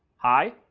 hi,